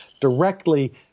directly